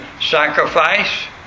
sacrifice